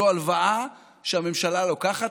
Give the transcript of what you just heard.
זו הלוואה שהממשלה לוקחת.